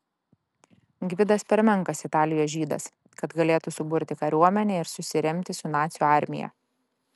gvidas per menkas italijos žydas kad galėtų suburti kariuomenę ir susiremti su nacių armija